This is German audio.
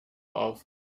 auf